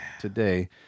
today